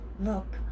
look